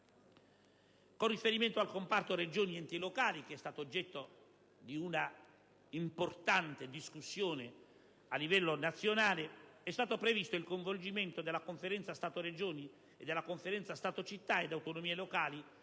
Con riferimento al comparto Regioni-enti locali, oggetto di un'importante discussione a livello nazionale, è stato previsto il coinvolgimento della Conferenza Stato-Regioni e della Conferenza Stato-città ed autonomie locali